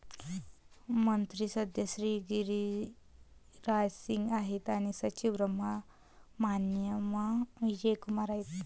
मंत्री सध्या श्री गिरिराज सिंग आहेत आणि सचिव सुब्रहमान्याम विजय कुमार आहेत